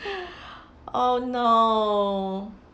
oh no